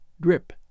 drip